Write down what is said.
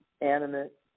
animate